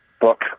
book